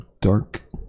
dark